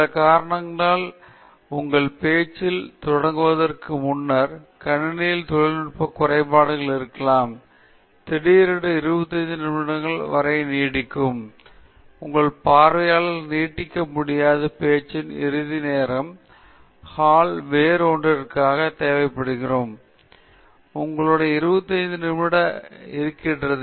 சில காரணங்களால் உங்கள் பேச்சில் தொடங்குவதற்கு முன்னர் கணினியில் தொழில்நுட்ப குறைபாடுகள் இருக்கலாம் திடீரென்று 25 நிமிடங்கள் வரை நீடிக்கும் உங்கள் பார்வையாளர்களை நீட்டிக்க முடியாது பேச்சின் இறுதி நேரம் ஹால் வேறு ஒன்றிற்காகவும் தேவைப்படுகிறது எனவே உங்களுக்கு 25 நிமிடங்கள் மட்டுமே இருக்கிறது